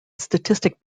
statistic